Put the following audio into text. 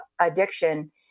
addiction